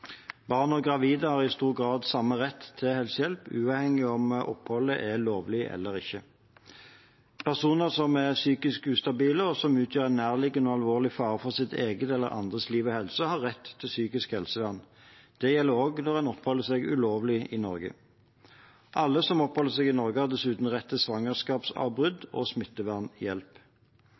Barn og gravide har i stor grad samme rett til helsehjelp uavhengig av om oppholdet er lovlig eller ikke. Personer som er psykisk ustabile, og som utgjør en nærliggende og alvorlig fare for eget eller andres liv og helse, har rett til psykisk helsevern. Det gjelder også når man oppholder seg ulovlig i Norge. Alle som oppholder seg i Norge, har dessuten rett til svangerskapsavbrudd og smittevernhjelp.